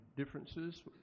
Differences